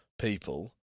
people